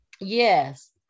yes